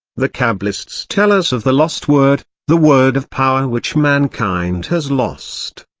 the kabbalists tell us of the lost word, the word of power which mankind has lost.